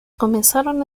comenzaron